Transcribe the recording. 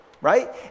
Right